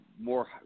more